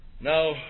Now